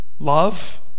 Love